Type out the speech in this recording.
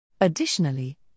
Additionally